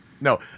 No